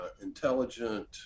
intelligent